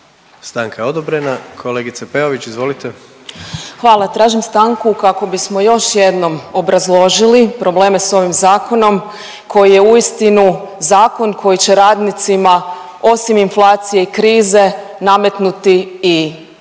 Stanka je odobrena. Kolegica Peović izvolite. **Peović, Katarina (RF)** Hvala. Tražim stanku kako bismo još jednom obrazložili probleme s ovim zakonom koji je uistinu zakon koji će radnicima osim inflacije i krize nametnuti i